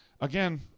again